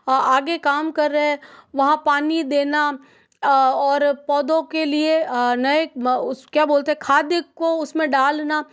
आगे काम कर रहे हैं वहाँ पानी देना और पौधों के लिए नए उस क्या बोलते हैं खाद्य को उस में डालना